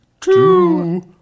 two